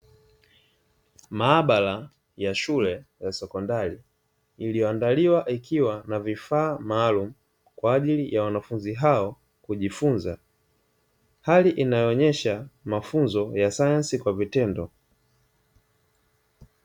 Maabara ya shule ya sekondari iliyoandaliwa ikiwa na vifaa maalumu kwa ajili ya wanafunzi hao kujifunza, hali inayoonesha mafunzo ya sayansi kwa vitendo.